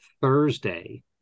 thursday